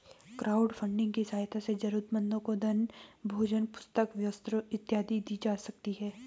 crowdfunding की सहायता से जरूरतमंदों को धन भोजन पुस्तक वस्त्र इत्यादि दी जा सकती है